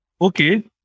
okay